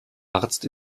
arzt